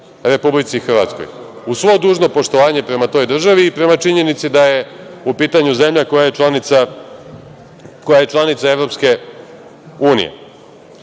Republici Hrvatskoj, uz svo dužno poštovanje prema toj državi i prema činjenici da je u pitanju zemlja koja je članica EU.Na ovom